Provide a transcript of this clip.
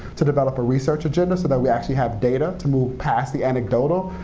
to develop a research agenda so that we actually have data to move past the anecdotal.